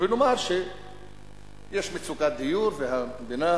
ונאמר שיש מצוקת דיור והמדינה